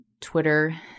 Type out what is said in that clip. Twitter